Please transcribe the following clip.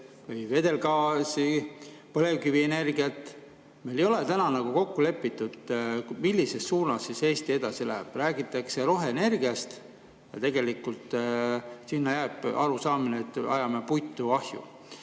LNG vedelgaasi või põlevkivienergiat. Meil ei ole kokku lepitud, millises suunas Eesti edasi läheb. Räägitakse roheenergiast, aga tegelikult sinna jääb arusaamine, et ajame puitu ahju.